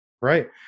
Right